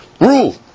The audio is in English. rule